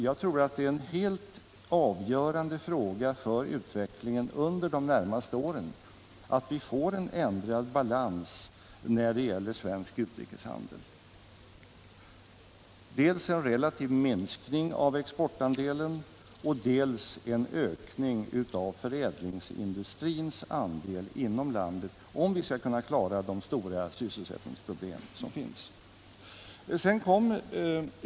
Jag tror att det är helt avgörande för utvecklingen under de närmaste åren att vi får en ändrad balans i svensk ekonomi — dels en relativ minskning av exportandelen, dels en ökning av förädlingsindustrins andel inom landet — om vi skall kunna klara de stora sysselsättningsproblemen.